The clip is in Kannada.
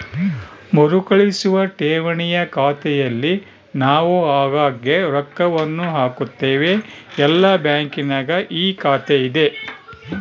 ಮರುಕಳಿಸುವ ಠೇವಣಿಯ ಖಾತೆಯಲ್ಲಿ ನಾವು ಆಗಾಗ್ಗೆ ರೊಕ್ಕವನ್ನು ಹಾಕುತ್ತೇವೆ, ಎಲ್ಲ ಬ್ಯಾಂಕಿನಗ ಈ ಖಾತೆಯಿದೆ